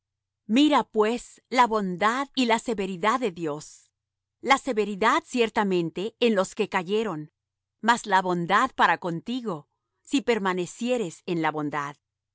mira pues la bondad y la severidad de dios la severidad ciertamente en los que cayeron mas la bondad para contigo si permanecieres en la bondad